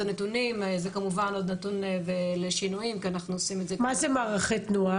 כמובן שתמיד אפשר יותר ותמיד צריך יותר.